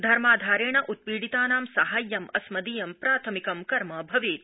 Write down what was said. धर्माधारेण उत्पीडितानां साहाव्यम् अस्मदीयं प्राथमिकं कर्म भवेत्